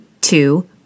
two